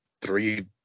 three